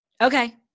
Okay